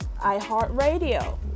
iHeartRadio